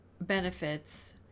benefits